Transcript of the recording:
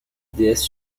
déesse